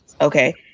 okay